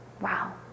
Wow